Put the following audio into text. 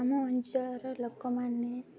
ଆମ ଅଞ୍ଚଳର ଲୋକମାନେ